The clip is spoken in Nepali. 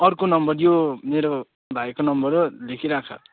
अर्को नम्बर यो मेरो भाइको नम्बर हो लेखिराख